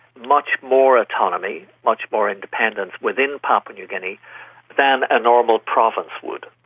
much more autonomy, much more independence within papua new guinea than a normal province would.